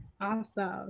Awesome